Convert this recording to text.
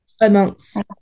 amongst